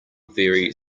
very